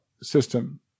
system